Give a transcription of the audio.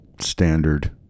standard